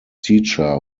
teacher